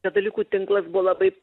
katalikų tinklas buvo labai